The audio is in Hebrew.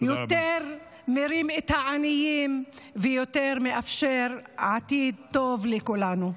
יותר מרים את העניים ויותר מאפשר עתיד טוב לכולנו.